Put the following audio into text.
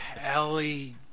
Ellie